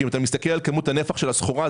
שאם אתה מסתכל על כמות הנפח של הסחורה,